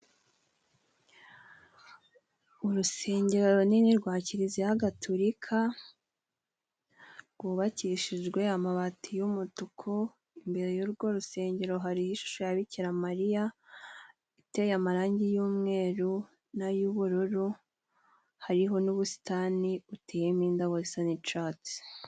Urusengero runini rwa kiliziya gatulika. Rwubakishijwe amabati y'umutuku. Imbere y'urwo rusengero, hariho ishusho ya bikiramariya iteye amarangi y'umweru nay'ubururu, hariho n'ubusitani uteyeyemo indabo zisa n'icatsi.